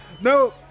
No